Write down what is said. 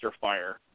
fire